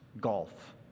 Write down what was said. Golf